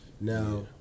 Now